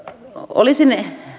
olisin